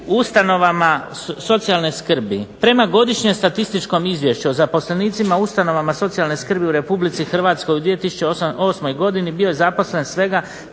u ustanovama socijalne skrbi prema godišnjem statističkom izvješću o zaposlenicima u ustanovama socijalne skrbi u Republici Hrvatskoj u 2008.godini bio je zaposlen svega